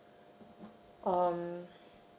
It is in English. um